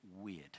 weird